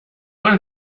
ein